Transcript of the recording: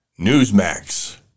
Newsmax